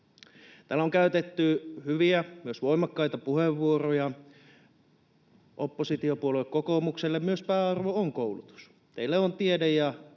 Täällä on käytetty hyviä, myös voimakkaita puheenvuoroja. Myös oppositiopuolue kokoomukselle pääarvo on koulutus, teille on tiede ja